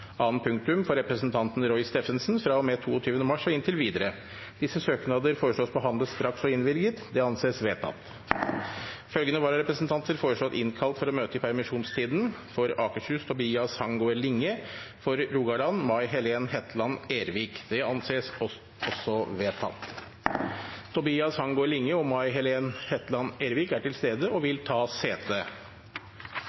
annet punktum for representanten Roy Steffensen fra og med 22. mars og inntil videre Etter forslag fra presidenten ble enstemmig besluttet: Søknadene behandles straks og innvilges. Følgende vararepresentanter innkalles for å møte i permisjonstiden: For Akershus: Tobias Hangaard Linge For Rogaland: May Helen Hetland Ervik Tobias Hangaard Linge og May Helen Hetland Ervik er til stede og vil